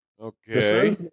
Okay